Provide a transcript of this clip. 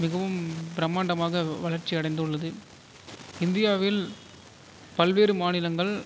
மிகவும் பிரம்மாண்டமாக வளர்ச்சி அடைந்துள்ளது இந்தியாவில் பல்வேறு மாநிலங்கள்